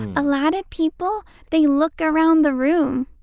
a lot of people, they look around the room,